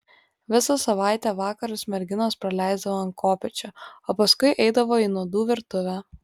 visą savaitę vakarus merginos praleisdavo ant kopėčių o paskui eidavo į nuodų virtuvę